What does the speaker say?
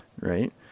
Right